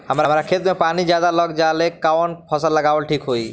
हमरा खेत में पानी ज्यादा लग जाले कवन फसल लगावल ठीक होई?